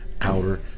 Outer